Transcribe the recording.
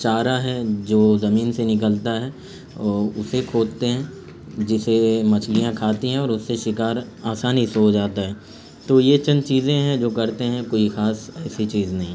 چارہ ہے جو زمین سے نکلتا ہے اور اسے کھوودتے ہیں جسے مچھلیاں کھاتی ہیں اور اس سے شکار آسانی سے ہو جاتا ہے تو یہ چند چیزیں ہیں جو کرتے ہیں کوئی خاص ایسی چیز نہیں